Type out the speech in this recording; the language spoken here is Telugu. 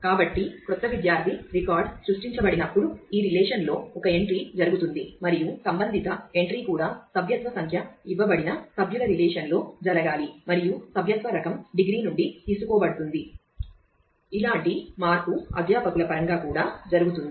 కాబట్టి క్రొత్త విద్యార్థి రికార్డు జరుగుతుంది మరియు సంబంధిత ఎంట్రీ కూడా సభ్యత్వ సంఖ్య ఇవ్వబడిన సభ్యుల రిలేషన్ లో జరగాలి మరియు సభ్యత్వ రకం డిగ్రీ నుండి తీసుకోబడుతుంది ఇలాంటి మార్పు అధ్యాపకుల పరంగా కూడా జరుగుతుంది